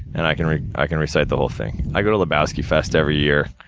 and i can i can recite the whole thing. i go to lebowski fest every year.